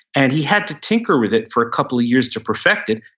and he had to tinker with it for a couple of years to perfect it.